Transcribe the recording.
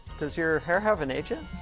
does your hair have an agent